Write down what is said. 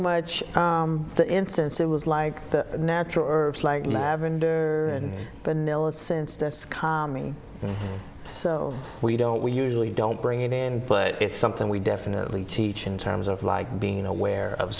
much the instance it was like the natural herbs like lavender and bonilla since that's coming so we don't we usually don't bring it in but it's something we definitely teach in terms of like being aware of